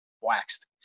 waxed